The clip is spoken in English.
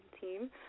team